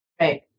right